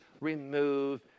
remove